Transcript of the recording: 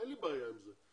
אין לי בעיה עם זה,